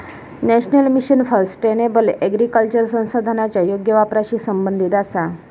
national mission for sustainable agriculture संसाधनांच्या योग्य वापराशी संबंधित आसा